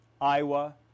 Iowa